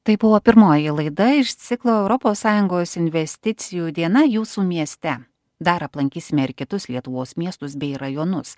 tai buvo pirmoji laida iš ciklo europos sąjungos investicijų diena jūsų mieste dar aplankysime ir kitus lietuvos miestus bei rajonus